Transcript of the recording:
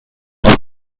aus